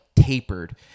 tapered